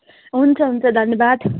हुन्छ हुन्छ धन्यवाद